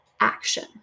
action